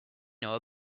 know